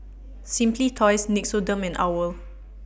Simply Toys Nixoderm and OWL